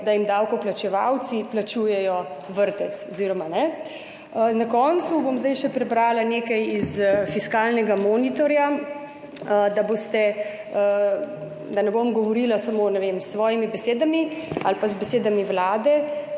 da jim davkoplačevalci plačujejo vrtec. Na koncu bom zdaj še prebrala nekaj iz fiskalnega monitorja, da ne bom govorila samo, ne vem, s svojimi besedami ali pa z besedami Vlade.